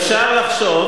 אפשר לחשוב